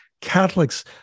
Catholics